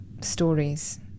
stories